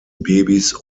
babys